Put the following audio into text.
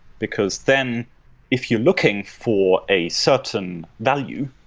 because then if you're looking for a certain value,